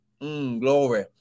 Glory